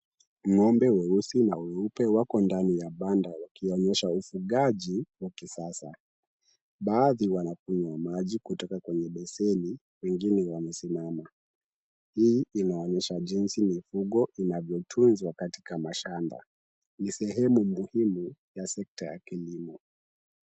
Ng'ombe weusi na weupe wako ndani ya banda wakionyesha ufugaji wa kisasa. Baadhi wanakunywa maji, kutoka kwenye beseni, wengine wamesimama. Hii inaonyesha jinsi mifugo inavyotunzwa katika mashamba. Ni sehemu muhimu ya sekta ya kilimo.